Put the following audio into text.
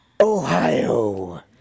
Ohio